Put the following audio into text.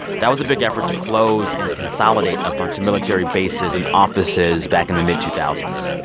that was a big effort to close and consolidate a bunch of military bases and offices back in the mid two thousand